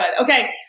Okay